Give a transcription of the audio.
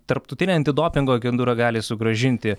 tarptautinė antidopingo agentūra gali sugrąžinti